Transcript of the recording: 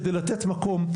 כדי לתת מקום.